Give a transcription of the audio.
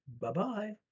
Bye-bye